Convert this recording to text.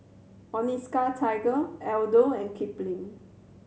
Onitsuka Tiger Aldo and Kipling